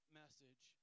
message